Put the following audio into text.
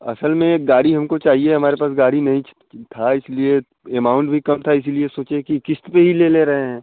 असल में एक गाड़ी हमको चाहिए हमारे पास गाड़ी नहीं था इसलिए एमाउंट भी कम था इसीलिए सोचे कि किस्त पर ही ले ले रहे हैं